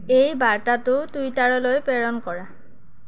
এই বাৰ্তাটো টুইটাৰলৈ প্ৰেৰণ কৰা